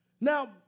Now